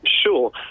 Sure